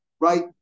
right